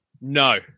No